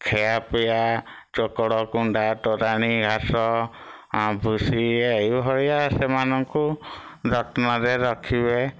ଖିଆପିଆ ଚୋକଡ଼ କୁଣ୍ଡା ତୋରାଣି ଘାସ ଭୁସି ଏଇଭଳିଆ ସେମାନଙ୍କୁ ଯତ୍ନରେ ରଖିବେ